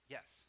Yes